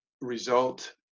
result